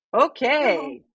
Okay